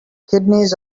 kidneys